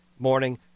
morning